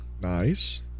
nice